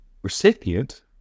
Recipient